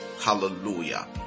Hallelujah